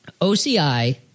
OCI